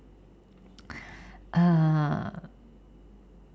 err